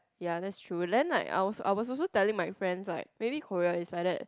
ya that's true then like I was I was also telling my friends like maybe Korea is like that